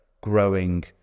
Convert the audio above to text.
growing